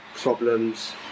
problems